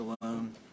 alone